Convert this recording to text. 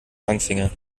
langfinger